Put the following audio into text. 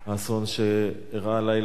האסון שאירע הלילה,